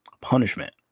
punishment